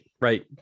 Right